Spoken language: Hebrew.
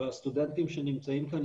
הסטודנטים שנמצאים כאן,